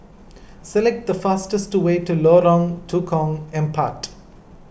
select the fastest way to Lorong Tukang Empat